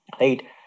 Right